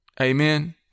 Amen